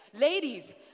Ladies